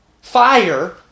Fire